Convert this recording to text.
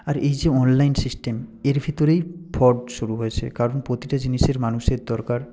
আর এই যে online system এর ভিতরেই ফ্রড শুরু হয়েছে কারণ প্রতিটা জিনিসের মানুষের দরকার